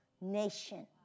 nation